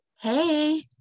hey